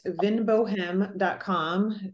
vinbohem.com